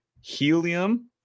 Helium